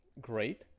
great